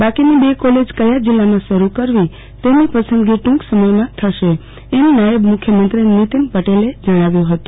બાકીની બે કોલેજ કયા જિલ્લામાં શરૂ કરવી તેની પસંદગી ટુંક સમયમાં થશે એમ નાથબ મુખ્યમંત્રી નિતીન પટેલે જણાવ્યુ હતું